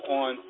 on